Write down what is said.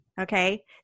Okay